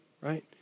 right